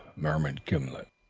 murmured gimblet.